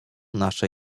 nasze